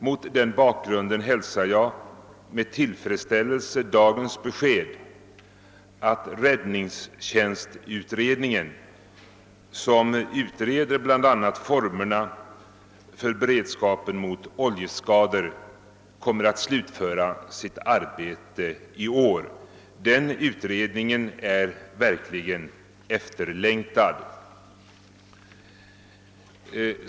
Mot den bakgrunden hälsar jag med tillfredsställelse dagens besked att räddningstjänstutredningen, som =<:utreder bl.a. formerna för beredskapen mot oljeskador, kommer att slutföra sitt arbete i år. Den utredningen är verkligen efterlängtad.